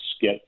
get